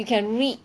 you can read